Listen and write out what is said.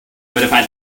notified